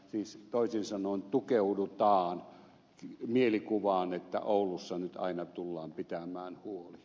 siis toisin sanoen tukeudutaan mielikuvaan että oulussa nyt aina tullaan pitämään huoli